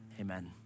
amen